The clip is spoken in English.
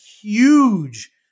huge